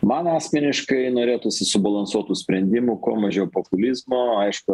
man asmeniškai norėtųsi subalansuotų sprendimų kuo mažiau populizmo aišku